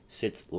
sits